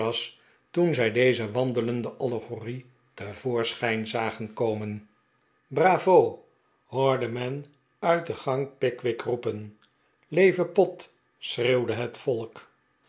toen zij deze wandelende allegorie te voorschijn zagen komen de dichteres van d e stervende kikvorsch bravo hoorde men uit de gang pickwick roepen leve pott i schreeuwde het volk